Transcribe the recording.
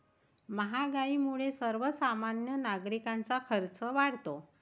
महागाईमुळे सर्वसामान्य नागरिकांचा खर्च वाढतो